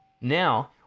Now